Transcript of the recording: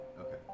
Okay